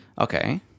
Okay